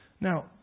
Now